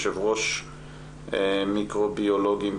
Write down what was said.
יו"ר מיקרוביולוגים,